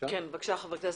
בבקשה.